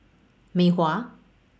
Mei Hua